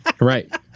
Right